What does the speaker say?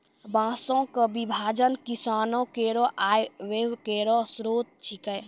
बांसों क विभाजन किसानो केरो आय व्यय केरो स्रोत छिकै